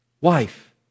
wife